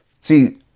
See